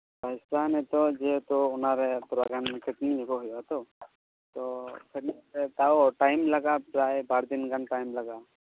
ᱯᱚᱭᱥᱟ ᱱᱤᱛᱳᱜ ᱡᱮᱦᱮᱛᱩ ᱚᱱᱟ ᱨᱮ ᱛᱷᱚᱲᱟ ᱜᱟᱱ ᱠᱷᱟᱹᱴᱱᱤ ᱧᱚᱜᱟᱜ ᱦᱩᱭᱩᱜᱼᱟ ᱛᱚ ᱛᱚ ᱛᱟᱣ ᱴᱟᱭᱤᱢ ᱞᱟᱜᱟᱜᱼᱟ ᱯᱨᱟᱭ ᱵᱟᱨ ᱫᱤᱱ ᱜᱟᱱ ᱴᱟᱭᱤᱢ ᱞᱟᱜᱟᱜᱼᱟ